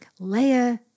Leia